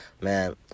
Man